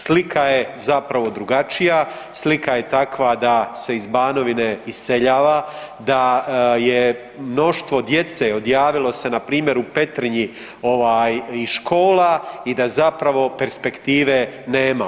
Slika je zapravo drugačija, slika je takva da se iz Banovine iseljava, da je mnoštvo djece odjavilo se npr. u Petrinji iz škola i da zapravo perspektive nema.